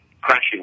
crashing